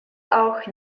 auch